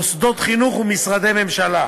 מוסדות חינוך ומשרדי ממשלה.